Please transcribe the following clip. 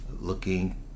looking